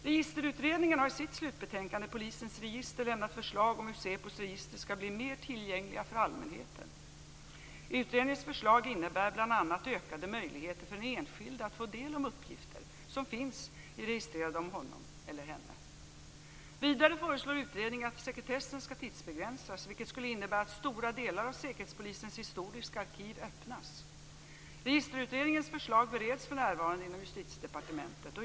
Registerutredningen har i sitt slutbetänkande Polisens register lämnat förslag om hur SÄPO:s register skall bli mer tillgängliga för allmänheten. Utredningens förslag innebär bl.a. ökade möjligheter för den enskilde att få del av uppgifter som finns registrerade om honom eller henne. Vidare föreslår utredningen att sekretessen skall tidsbegränsas vilket skulle innebära att stora delar av Säkerhetspolisens historiska arkiv öppnas. Registerutredningens förslag bereds för närvarande inom Justitiedepartementet.